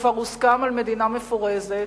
כבר הוסכם על מדינה מפורזת,